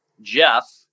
Jeff